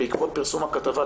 בעקבות פרסום הכתבה,